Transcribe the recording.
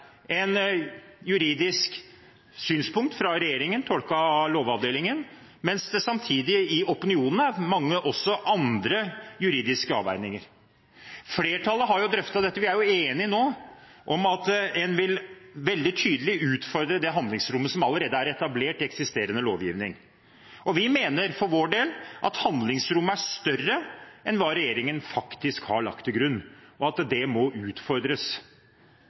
en veldig tydelig vil utfordre det handlingsrommet som allerede er etablert i eksisterende lovgivning. Vi mener for vår del at handlingsrommet er større enn hva regjeringen faktisk har lagt til grunn, og at det må utfordres